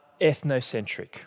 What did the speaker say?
ethnocentric